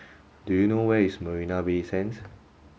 do you know where is Marina Bay Sands